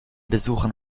besuchern